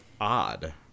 odd